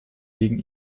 wegen